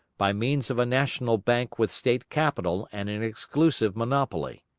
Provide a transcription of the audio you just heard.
by means of a national bank with state capital and an exclusive monopoly.